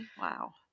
Wow